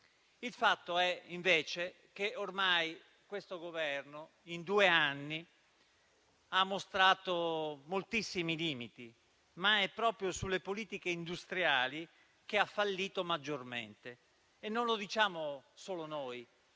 Il fatto è che ormai questo Governo in due anni ha mostrato moltissimi limiti, ma è proprio sulle politiche industriali che ha fallito maggiormente. Non lo diciamo solo noi,